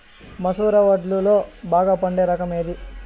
మసూర వడ్లులో బాగా పండే రకం ఏది?